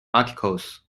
articles